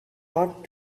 not